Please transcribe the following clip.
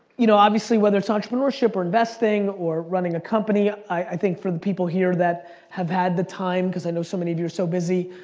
you know, obviously whether it's entrepreneurship or investing or running a company, i think for the people here that have had the time, cause i know so some of you are so busy,